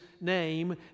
name